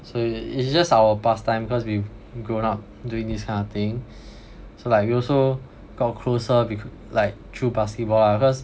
so it~ it's just our pass time cause we've grown up doing this kind of thing so like we also got closer beca~ like through basketball lah because